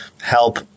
help